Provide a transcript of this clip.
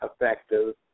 effective